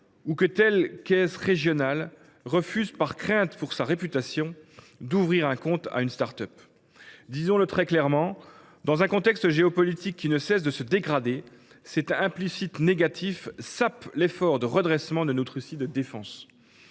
ou que telle caisse régionale refuse, par crainte pour sa réputation, d’ouvrir un compte à une start up. Disons le très clairement : dans un contexte géopolitique qui ne cesse de se dégrader, cet implicite négatif sape l’effort de redressement de notre outil de défense